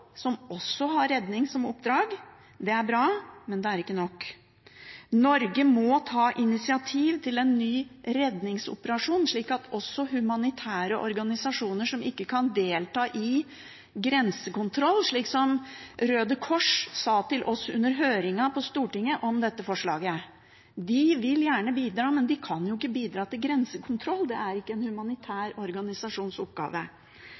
som også har redning som oppdrag – det er bra – men det er ikke nok. Norge må ta initiativ til en ny redningsoperasjon, slik at også humanitære organisasjoner som ikke kan delta i grensekontroll, kan bidra. Røde Kors sa til oss under høringen på Stortinget om dette forslaget at de gjerne vil bidra, men de kan ikke bidra i grensekontroll, det er ikke en humanitær organisasjons oppgave.